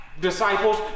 disciples